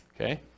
Okay